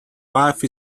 wife